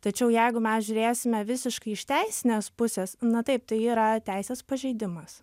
tačiau jeigu mes žiūrėsime visiškai iš teisinės pusės na taip tai yra teisės pažeidimas